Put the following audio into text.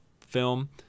film